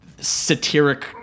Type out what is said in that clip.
satiric